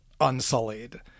unsullied